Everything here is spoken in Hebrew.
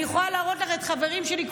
אני יכולה להראות לך את החברים שלי,